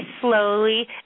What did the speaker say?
slowly